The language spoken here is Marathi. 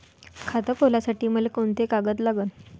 खात खोलासाठी मले कोंते कागद लागन?